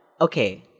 okay